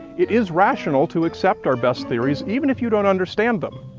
it is rational to accept our best theories even if you don't understand them.